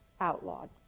outlawed